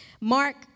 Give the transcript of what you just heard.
Mark